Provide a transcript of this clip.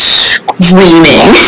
screaming